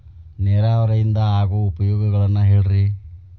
ನೇರಾವರಿಯಿಂದ ಆಗೋ ಉಪಯೋಗಗಳನ್ನು ಹೇಳ್ರಿ